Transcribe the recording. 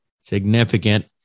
significant